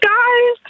Guys